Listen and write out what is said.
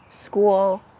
school